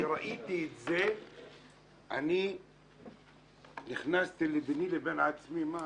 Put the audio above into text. כשראיתי את זה אני נכנסתי ביני לבין עצמי, מה